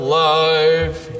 life